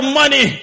money